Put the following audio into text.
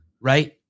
Right